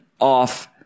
off